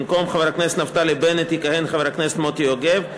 במקום חבר הכנסת נפתלי בנט יכהן חבר הכנסת מוטי יוגב.